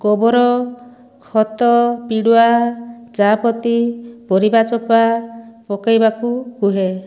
ଗୋବର ଖତ ପିଡ଼ିଆ ଚା' ପତି ପରିବାଚୋପା ପକାଇବାକୁ କହେ